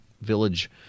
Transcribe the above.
village